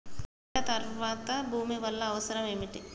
పంట తర్వాత భూమి వల్ల అవసరం ఏమిటి?